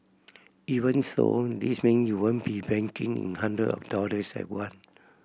even so this mean you won't be banking in hundred of dollars at once